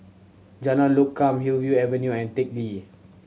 Jalan Lokam Hillview Avenue and Teck Lee